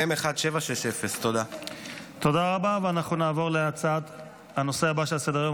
אושרה בקריאה הטרומית ותעבור לדיון בוועדת החוקה,